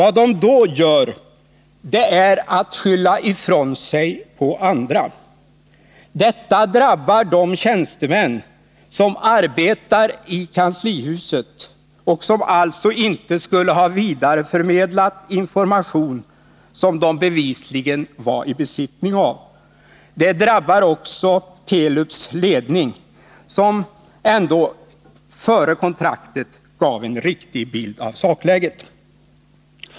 Vad de då gör är att skylla ifrån sig på andra. Detta drabbar de tjänstemän som arbetar i kanslihuset — och som alltså inte skulle ha vidareförmedlat information som de bevisligen var i besittning av. Det drabbar också Telubs ledning, som ändå före kontraktets upprättande gav en riktig bild av sakläget.